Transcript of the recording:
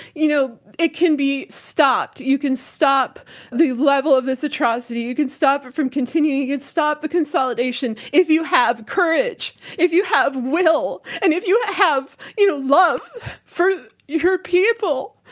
you know, it can be stopped. you can stop the level of this atrocity. you can stop it from continuing. you can stop the consolidation, if you have courage, if you have will. and if you have you know love for your people,